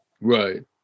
right